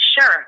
Sure